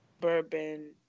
Bourbon